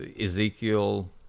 Ezekiel